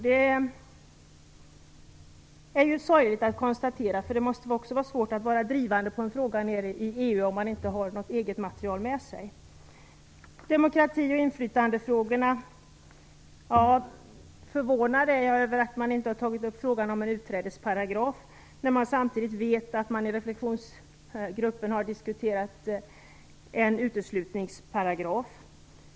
Detta är ju sorgligt att konstatera. Det måste vara svårt att vara drivande i en fråga i EU om man inte har något eget material med sig. När det gäller demokrati och inflytandefrågorna är jag förvånad över att man inte har tagit upp frågan om en utträdesparagraf när man samtidigt vet att det i reflektionsgruppen har diskuterats en uteslutningsparagraf.